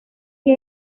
que